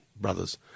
brothers